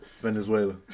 Venezuela